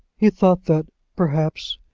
he thought that, perhaps,